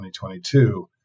2022